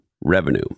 revenue